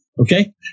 Okay